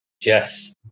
Yes